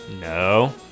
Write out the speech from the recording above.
No